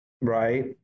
right